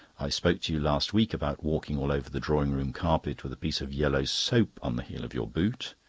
i spoke to you last week about walking all over the drawing-room carpet with a piece of yellow soap on the heel of your boot.